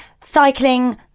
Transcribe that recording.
cycling